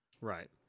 Right